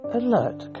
alert